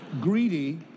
Greedy